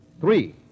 Three